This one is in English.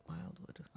Wildwood